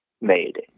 made